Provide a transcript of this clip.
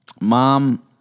Mom